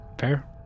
Fair